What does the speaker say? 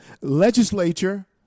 legislature